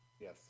Yes